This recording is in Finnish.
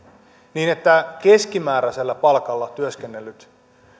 niin että keskimääräisellä palkalla työskennellyt